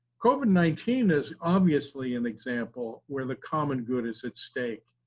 covid nineteen is obviously an example where the common good is at stake.